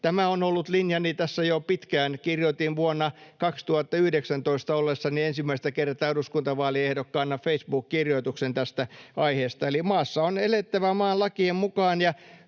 Tämä on ollut linjani tässä jo pitkään. Kirjoitin vuonna 2019 ollessani ensimmäistä kertaa eduskuntavaaliehdokkaana Facebook-kirjoituksen tästä aiheesta. Eli maassa on elettävä maan lakien mukaan